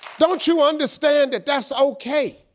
don't you understand that that's okay?